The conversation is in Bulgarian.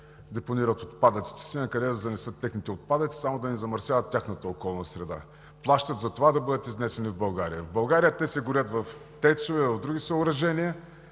депонират отпадъците си, накъде да занесат техните отпадъци, само да не замърсяват тяхната околна среда. Плащат да бъдат изнесени в България. В България те се горят в ТЕЦ-ове, в други съоръжения,